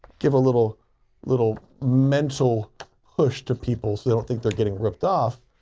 give a little little mental push to people so they don't think they're getting ripped off,